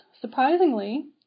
surprisingly